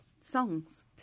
songs